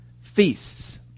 feasts